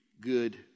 good